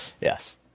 Yes